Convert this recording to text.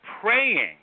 praying